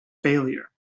failure